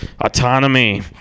Autonomy